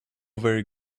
very